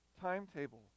timetable